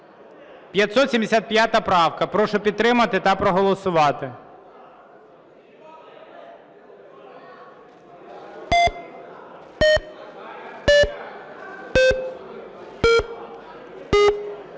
575 правка. Прошу підтримати та проголосувати.